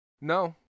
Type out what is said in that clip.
No